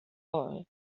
all